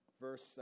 Verse